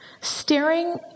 staring